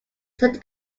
said